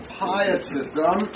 pietism